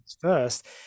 first